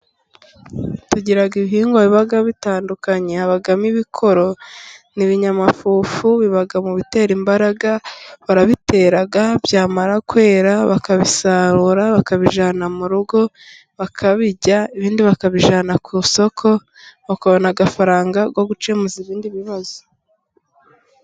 Tugira ibihingwa biba bitandukanye, habamo ibikoro n'i ni ibinyamafufu biba mu bitera imbaraga, barabitera byamara kwera bakabisarura bakabijyana mu rugo bakabirya, ibindi bakabijyana ku isoko bakabona amafaranga yo gukemuza ibindi bibazo.